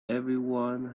everyone